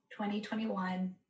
2021